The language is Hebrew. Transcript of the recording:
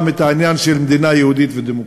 את העניין של מדינה יהודית ודמוקרטית.